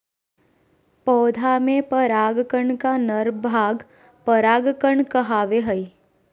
पौधा में पराग कण का नर भाग परागकण कहावो हइ